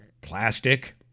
plastic